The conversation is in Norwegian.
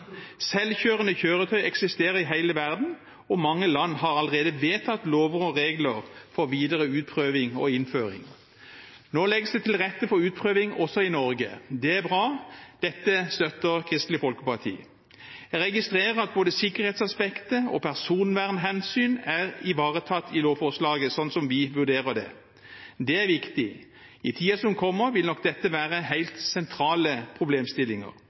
Selvkjørende kjøretøy eksisterer i hele verden, og mange land har allerede vedtatt lover og regler for videre utprøving og innføring. Nå legges det til rette for utprøving også i Norge. Det er bra. Dette støtter Kristelig Folkeparti. Jeg registrerer at både sikkerhetsaspektet og personvernhensyn er ivaretatt i lovforslaget, slik som vi vurderer det. Det er viktig. I tiden som kommer, vil nok dette være helt sentrale problemstillinger.